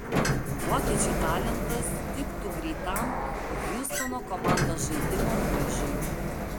vokiečių talentas tiktų greitam hjustono komandos žaidimo braižui